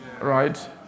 right